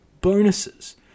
bonuses